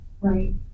right